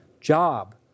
job